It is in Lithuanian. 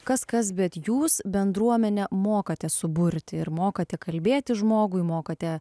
kas kas bet jūs bendruomenę mokate suburti ir mokate kalbėti žmogui mokate